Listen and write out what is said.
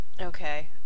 Okay